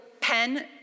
pen